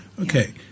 Okay